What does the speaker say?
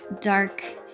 dark